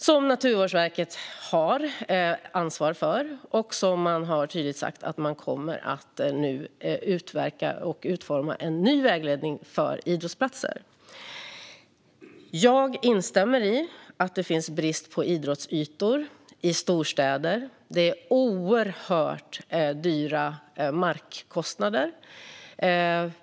Detta har Naturvårdsverket ansvar för, och man har tydligt sagt att man nu kommer att utforma en ny vägledning för idrottsplatser. Jag instämmer i att det är brist på idrottsytor i storstäder. Det är oerhört höga markkostnader.